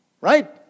Right